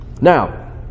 now